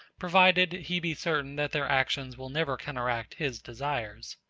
provided he be certain that their actions will never counteract his desires.